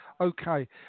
Okay